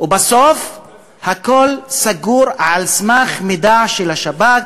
ובסוף הכול סגור על סמך מידע של השב"כ,